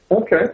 okay